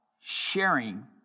sharing